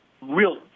real